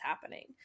happening